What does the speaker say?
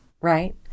Right